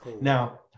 Now